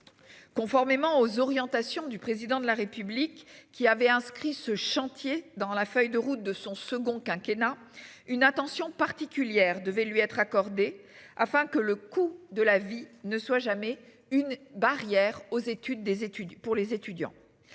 Conformément aux orientations du président de la République qui avait inscrit ce chantier dans la feuille de route de son second quinquennat. Une attention particulière devait lui être accordée afin que le coût de la vie ne soit jamais une barrière aux études, des études